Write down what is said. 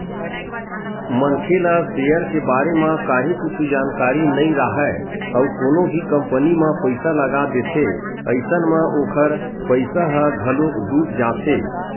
मनखे ला सेयर के बारे म काहि कुछु जानकारी नइ राहय अउ कोनो भी कंपनी म पइसा लगा देथे अइसन म ओखर पइसा ह घलोक डूब जाथे